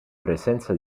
presenza